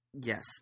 Yes